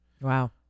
Wow